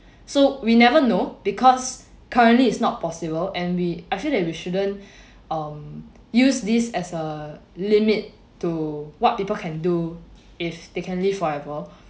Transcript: so we never know because currently is not possible and we actually that we shouldn't um use this as a limit to what people can do if they can live forever